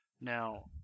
Now